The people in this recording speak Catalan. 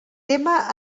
tema